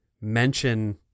mention